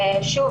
שוב,